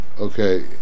Okay